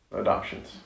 adoptions